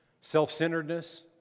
self-centeredness